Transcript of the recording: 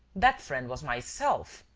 that friend was myself,